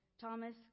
Thomas